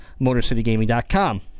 MotorCityGaming.com